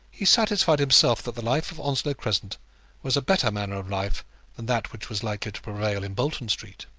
he satisfied himself that the life of onslow crescent was a better manner of life than that which was likely to prevail in bolton street.